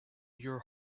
your